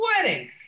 sweating